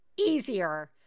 easier